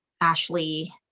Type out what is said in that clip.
Ashley